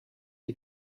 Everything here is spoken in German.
die